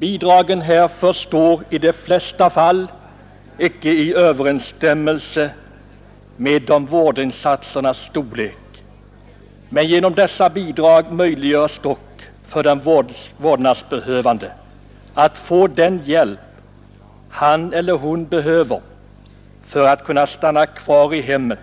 Bidragen härför står i de flesta fall icke i överensstämmelse med vårdinsatsernas storlek; genom dessa bidrag möjliggörs dock för den vårdnadsbehövande att få den hjälp han eller hon behöver för att kunna stanna kvar i hemmet